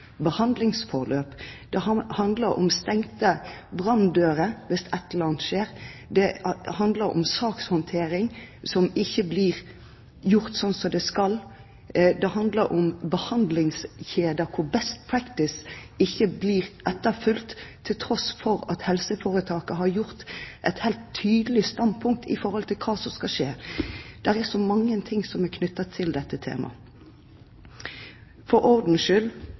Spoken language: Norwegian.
behandlingsforløp. Det handler om stengte branndører hvis et eller annet skjer. Det handler om sakshåndtering som ikke er slik som den skal være. Det handler om behandlingskjeder der «best practice» ikke blir etterfulgt til tross for at helseforetaket har et helt tydelig standpunkt når det gjelder hva som skal skje. Det er så mange ting som er knyttet til dette temaet. For ordens skyld